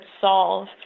solve